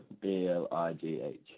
B-L-I-G-H